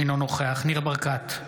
אינו נוכח ניר ברקת,